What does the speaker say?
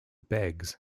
begs